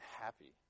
happy